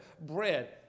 bread